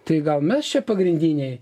tai gal mes čia pagrindiniai